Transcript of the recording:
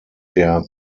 der